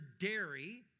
dairy